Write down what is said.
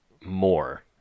more